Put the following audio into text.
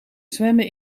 zwemmen